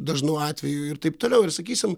dažnu atveju ir taip toliau ir sakysim